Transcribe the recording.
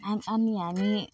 अनि हामी